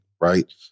Right